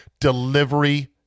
Delivery